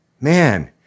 Man